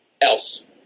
else